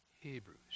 Hebrews